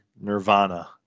Nirvana